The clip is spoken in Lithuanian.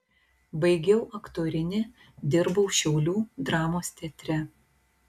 baigiau aktorinį dirbau šiaulių dramos teatre